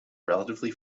relatively